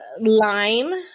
Lime